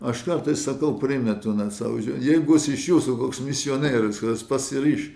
aš kartais sakau primetu sau jei bus iš jūsų koks misionierius kas pasiryš